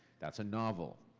that's a novel.